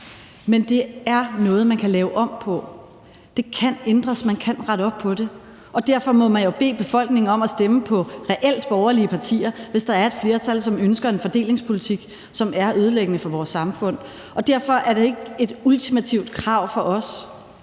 Men det er noget, man kan lave om på. Det kan ændres. Man kan rette op på det. Derfor må man jo bede befolkningen om at stemme på reelt borgerlige partier, hvis der er et flertal, der ønsker en fordelingspolitik, som er ødelæggende for vores samfund. Det er ikke et ultimativt krav for os,